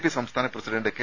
P സംസ്ഥാന president K